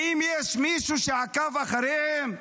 האם יש מישהו שעקב אחריהם?